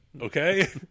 Okay